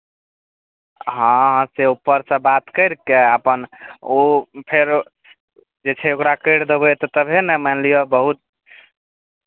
हँ से उपरसँ बात करि कऽ अपन ओ फेर जे छै ओकरा करि देबै तऽ तबहे ने मानि लिअ बहुत